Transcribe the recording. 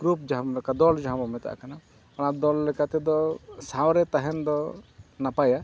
group ᱡᱟᱦᱟᱸ ᱞᱮᱠᱟ ᱫᱚ ᱫᱚᱞ ᱡᱟᱦᱟᱸ ᱵᱚ ᱢᱮᱛᱟᱜ ᱠᱟᱱᱟ ᱚᱱᱟ ᱫᱚᱞ ᱞᱮᱠᱟ ᱛᱮᱫᱚ ᱥᱟᱶ ᱨᱮ ᱛᱟᱦᱮᱱ ᱫᱚ ᱱᱟᱯᱟᱭᱟ